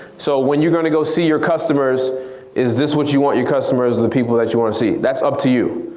so when you're gonna go see your customers is this what you want your customers, and the people that you want to see? that's up to you,